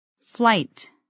Flight